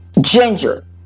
ginger